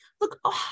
Look